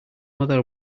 mother